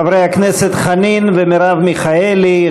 חברי הכנסת חנין ומרב מיכאלי,